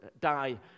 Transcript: die